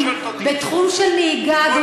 עבודה מועדפת לחיילים משוחררים בתחום הנהיגה,